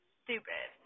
stupid